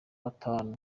batanu